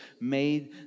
made